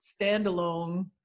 standalone